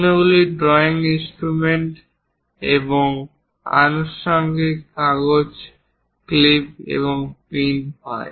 অন্যান্য drawing instrument এবং আনুষাঙ্গিক কাগজ ক্লিপ এবং পিন হয়